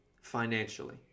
financially